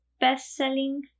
best-selling